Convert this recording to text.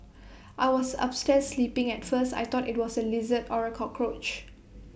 I was upstairs sleeping at first I thought IT was A lizard or A cockroach